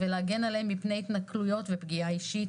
להגן עליהם מפני התנכלויות ופגיעה אישית.